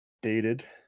dated